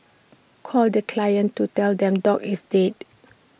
calls the clients to tell them dog is dead